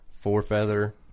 four-feather